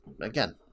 again